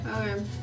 Okay